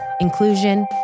inclusion